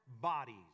bodies